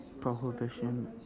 prohibition